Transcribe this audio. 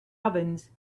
ovens